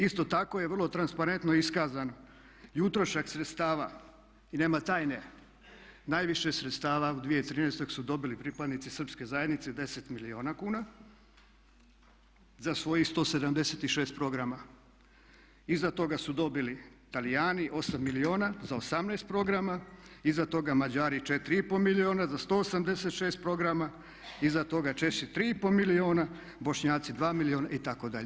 Isto tako je vrlo transparentno iskazan i utrošak sredstava i nema tajne, najviše sredstava u 2013.su dobili pripadnici Srpske zajednice 10 milijuna kuna za svojih 176 programa, iza toga su dobili Talijini 8 milijuna za 18 programa, iza toga Mađari 4,5 milijuna za 186 programa, iza toga Česi 3,5 milijuna, Bošnjaci 2 milijuna itd.